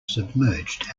submerged